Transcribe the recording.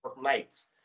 nights